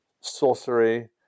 sorcery